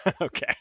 Okay